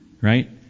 Right